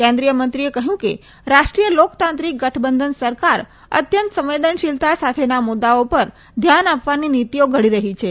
કેન્દ્રીય મંત્રીએ કહ્યું કે રાષ્ટ્રીય લોકતાંત્રિક ગઠબંધન સરકાર અંત્યત સંવેદનશીલતા સાથેના મુદ્દાઓ પર ધ્યાન આપવાની નીતિઓ ઘડી રહી છે